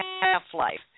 half-life